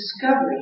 discovery